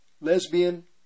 Lesbian